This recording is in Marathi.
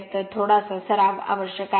तर थोडासा सराव आवश्यक आहे